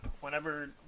Whenever